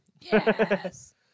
Yes